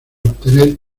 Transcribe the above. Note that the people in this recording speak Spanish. obtener